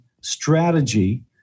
strategy